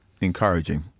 encouraging